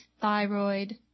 thyroid